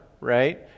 right